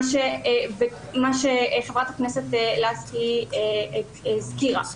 מה שחברת הכנסת לסקי הזכירה.